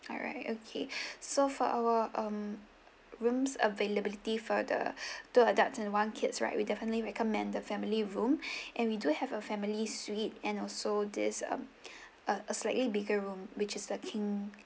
alright okay so for our um rooms availability for the two adults and one kids right we definitely recommend the family room and we do have a family suite and also this um uh a slightly bigger room which is the king